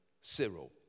Cyril